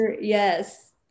yes